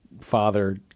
father